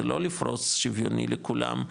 זה לא לפרוס שוויוני לכולם,